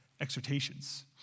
exhortations